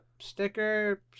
Sticker